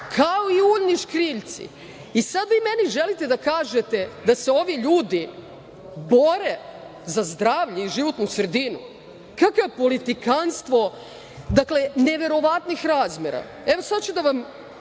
kao i uljni škriljci. Sada vi meni želite da kažete da se ovi ljudi bore za zdravlje i životnu sredinu? Kakvo politikanstvo neverovatnih razmera. Sada ću za građane